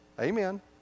Amen